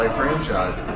franchise